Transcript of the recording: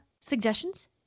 suggestions